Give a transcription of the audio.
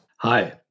Hi